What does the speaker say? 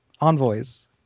Envoys